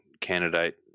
candidate